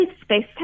space